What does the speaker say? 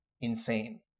insane